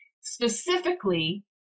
specifically